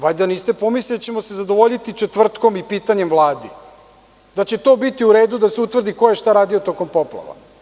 Valjda niste pomislili da ćemo se zadovoljiti četvrtkom i pitanjem Vladi, da će to biti u redu da se utvrdi ko je šta radio tokom poplava.